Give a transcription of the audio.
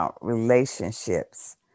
relationships